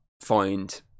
find